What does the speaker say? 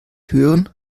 hören